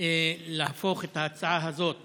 להפוך את ההצעה הזאת